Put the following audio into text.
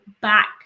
back